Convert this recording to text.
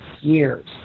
years